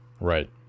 Right